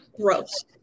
Gross